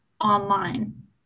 online